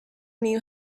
knew